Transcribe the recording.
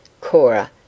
Cora